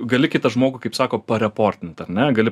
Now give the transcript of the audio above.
gali kitą žmogų kaip sako pareportint ar ne gali